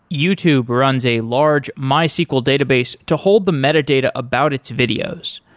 youtube runs a large mysql database to hold the metadata about its videos.